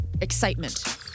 excitement